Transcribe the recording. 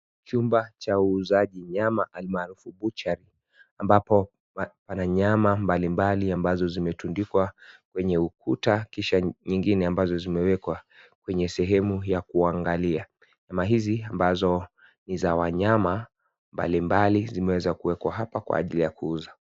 Chumba cha uuzaji nyama almaarufu buchari ambapo pana nyama mbali mbali ambazo zimetundikwa kwenye ukuta kisha nyingi ambazo zimewekwa kwenye sehemu ya kuangalia. Nyama hizi ambazo ni za wanyama mbali mbali zimeweza kuwekwa hapa kwa ajili ya kuuza.